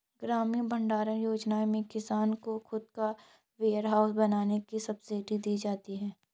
ग्रामीण भण्डारण योजना में किसान को खुद का वेयरहाउस बनाने के लिए सब्सिडी दी जाती है